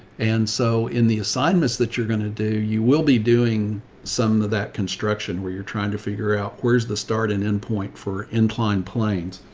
and so in the assignments that you're going to do, you will be doing some of that construction where you're trying to figure out where's the start and end point for inclined planes.